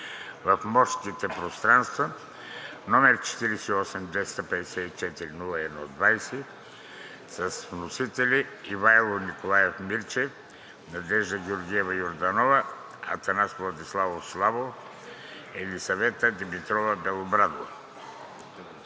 в морските пространства, № 48-254-01-20, с вносители Ивайло Николаев Мирчев, Надежда Георгиева Йорданова, Атанас Владиславов Славов и Елисавета Димитрова Белобрадова.“